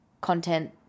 content